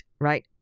Right